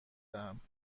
دهم